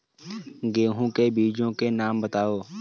गेहूँ के बीजों के नाम बताओ?